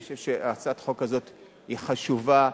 אני חושב שהצעת החוק הזאת היא חשובה,